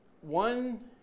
one